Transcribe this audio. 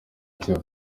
kivu